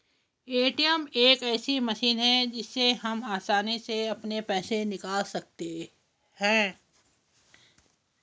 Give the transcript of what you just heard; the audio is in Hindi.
ए.टी.एम एक ऐसी मशीन है जिससे हम आसानी से अपने पैसे निकाल सकते हैं